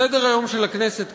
סדר-היום של הכנסת,